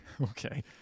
okay